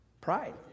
Pride